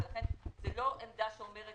לכן, זו לא עמדה שאומרת